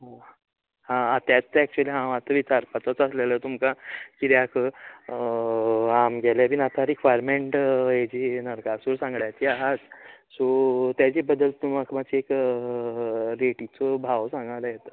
हां तेंत ते ऐक्चूअली हांव आतां विचारपाचोच आसलों तुमका कित्याक आंमगेली बी आतां रिक्वाइर्मन्ट हेजी नरकासूर सांगडाची आसात सो तेज बदल तूं म्हाक मातशी एक रेटीचों भाव सांगात